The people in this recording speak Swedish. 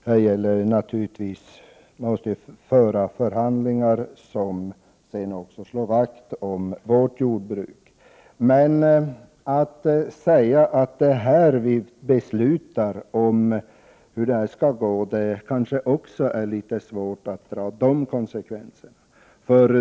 Vi måste naturligtvis föra förhandlingar och slå vakt om vårt jordbruk. Jag har också svårt att dra de konsekvenser som man gjort i debatten, nämligen att vi här skulle besluta om hur det skall gå.